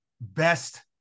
best